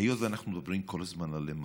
היות שאנחנו מדברים כל הזמן על MRI